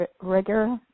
rigor